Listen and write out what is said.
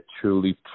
truly